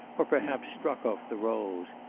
or perhaps struck off the rolls,